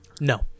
No